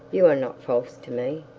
you are not false to me.